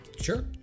Sure